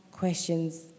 Questions